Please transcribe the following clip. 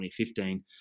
2015